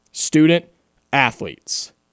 Student-athletes